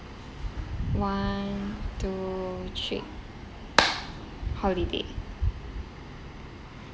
one two three holiday